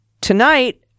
tonight